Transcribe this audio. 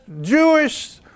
Jewish